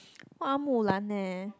Hua-Mu-Lan leh